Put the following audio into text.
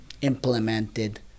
implemented